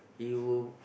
you will